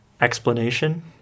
Explanation